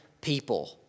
people